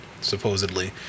supposedly